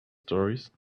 stories